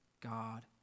God